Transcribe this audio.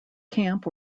camp